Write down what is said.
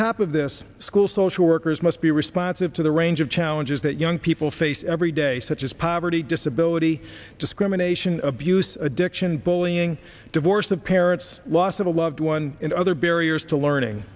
top of this school social workers must be responsive to the range of challenges that young people face every day such as poverty disability discrimination abuse addiction bullying divorce of parents loss of a loved one and other barriers to learning